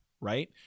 right